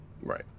right